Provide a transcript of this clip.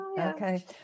Okay